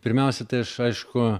pirmiausia tai aš aišku